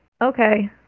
okay